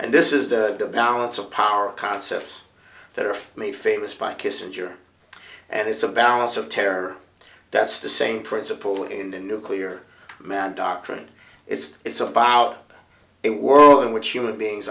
and this is the balance of power concepts that are made famous by kissinger and it's a balance of terror that's the same principle in the nuclear man doctrine it's all about it world in which human beings